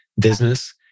business